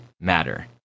matter